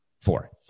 four